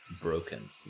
broken